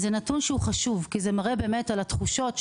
זה נתון חשוב כי זה מראה על תחושות,